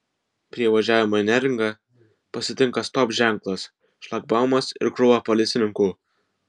prie įvažiavimo į neringą pasitinka stop ženklas šlagbaumas ir krūva policininkų